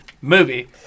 movie